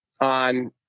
on